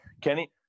Kenny